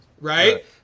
Right